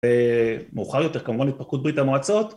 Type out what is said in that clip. מאוחר יותר כמובן התפתחות ברית המועצות